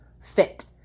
Fit